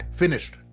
finished